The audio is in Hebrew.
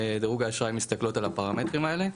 דירוג האשראי מסתכלות על הפרמטרים האלה,